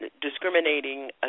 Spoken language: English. discriminating